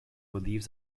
believes